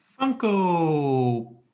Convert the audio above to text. Funko